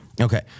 Okay